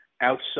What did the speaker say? outside